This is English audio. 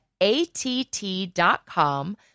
att.com